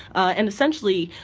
and essentially,